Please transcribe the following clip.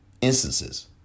instances